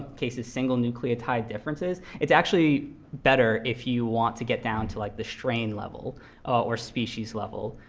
cases, single-nucleotide differences, it's actually better if you want to get down to like the strain level or species level.